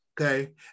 okay